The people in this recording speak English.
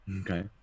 Okay